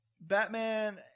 Batman